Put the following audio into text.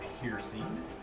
piercing